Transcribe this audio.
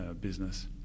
business